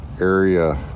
area